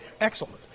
Excellent